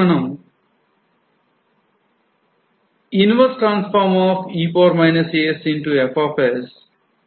మనం అని రాయవచ్చు